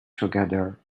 together